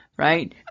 Right